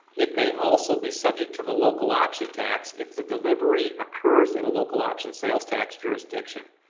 it may also be subject to the local option tax if the delivery occurs in a local option sales tax jurisdiction.